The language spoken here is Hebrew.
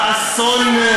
באסון,